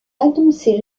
annoncé